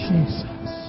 Jesus